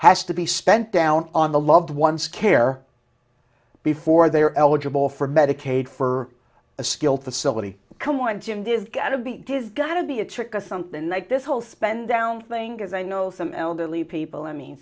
has to be spent down on the loved one's care before they are eligible for medicaid for a skilled facility come on jim there's got to be does gotta be a trick to something like this whole spend down thing because i know some elderly people i mean